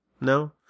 No